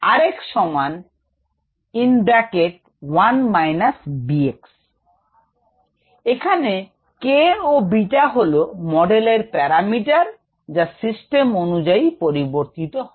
𝑟𝑥 এখানে k ও beta হল মডেলের প্যারামিটার যা সিস্টেম অনুযায়ী পরিবর্তিত হয়